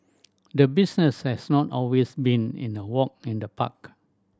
the business has not always been in a walk in the park